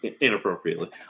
inappropriately